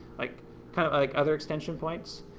like kind of like other extension points,